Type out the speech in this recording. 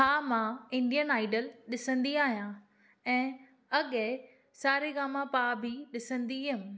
हा मां Indian idol ॾिसंदी आहियां ऐं अॻे सा रे गा म पा बि ॾिसंदी हुयमि